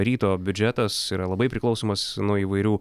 ryto biudžetas yra labai priklausomas nuo įvairių